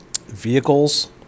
vehicles